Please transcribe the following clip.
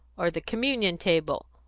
or the communion table,